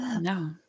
No